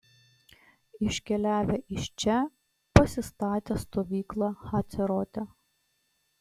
iškeliavę iš čia pasistatė stovyklą hacerote